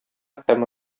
һәм